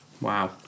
wow